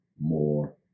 more